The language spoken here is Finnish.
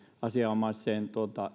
asianomaiseen